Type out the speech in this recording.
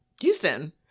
Houston